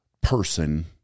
person